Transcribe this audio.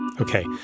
Okay